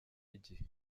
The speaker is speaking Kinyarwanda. igihe